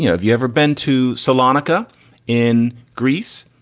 you know if you ever been to salonika in greece,